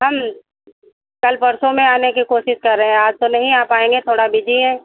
हम कल परसों में आने की कोशिश कर रहे हैं आज तो नहीं आ पाएँगे थोड़ा बिज़ी हैं